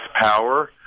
power